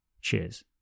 Cheers